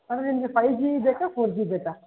ಅದು ನಿಮಗೆ five G ಬೇಕಾ ಫೋರ್ ಜಿ ಬೇಕಾ